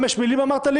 אמרת לי